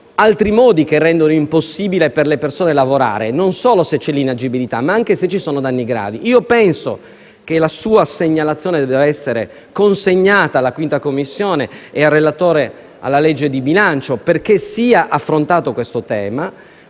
altri modi che rendono impossibile per le persone lavorare, non solo se c'è l'inagibilità, ma anche se ci sono danni gravi. Penso che la sua segnalazione dovrà essere consegnata alla 5a Commissione e al relatore al disegno di legge di bilancio, affinché il tema